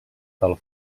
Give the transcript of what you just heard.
del